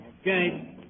Okay